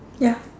ya